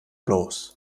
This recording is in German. bloß